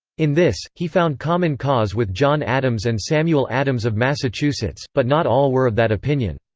in this, he found common cause with john adams and samuel adams of massachusetts, but not all were of that opinion.